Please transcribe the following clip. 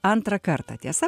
antrą kartą tiesa